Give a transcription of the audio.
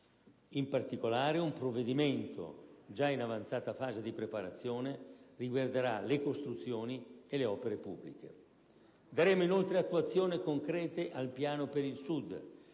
In particolare, un provvedimento, già in avanzata fase di preparazione, riguarderà le costruzioni e le opere pubbliche. Daremo inoltre attuazione concreta al Piano per il Sud,